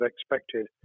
expected